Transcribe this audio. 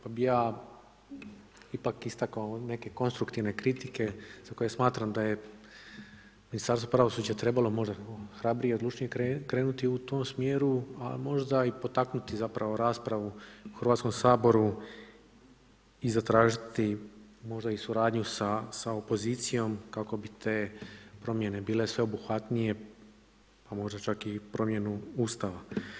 Ja bi ipak istakao neke konstruktivne kritike za koje smatram da je Ministarstvo pravosuđa trebalo možda hrabrije i odlučnije krenuti u tom smjeru a možda i potaknuti zapravo raspravu u Hrvatskom saboru i zatražiti možda suradnju sa opozicijom kako bi te promjene bile sveobuhvatnije a možda čak i promjenu Ustava.